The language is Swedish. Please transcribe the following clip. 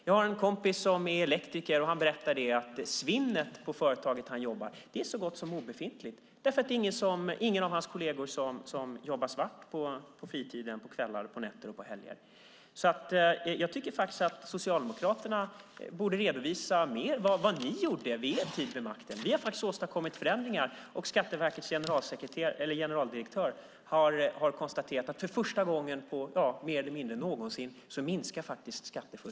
Jag har en kompis som är elektriker. Han berättar att svinnet på det företag där han jobbar är så gott som obefintligt, eftersom ingen av hans kolleger jobbar svart på fritiden, på kvällar, nätter och helger. Jag tycker att Socialdemokraterna borde redovisa mer vad ni gjorde under er tid vid makten. Vi har faktiskt åstadkommit förändringar, och Skatteverkets generaldirektör har konstaterat att skattefusket minskar för i stort sett första gången.